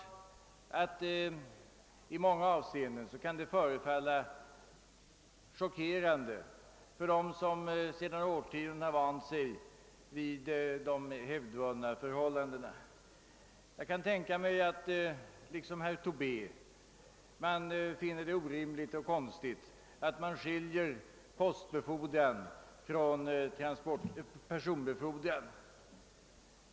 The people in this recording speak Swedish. Detta kan naturligtvis i många avseenden verka chockerande på dem som sedan årtionden har vant sig vid hävdvunna förhållanden. Jag kan t.ex. tänka mig att många liksom herr Tobé finner det orimligt och konstigt att skilja postbefordran från personbefordran.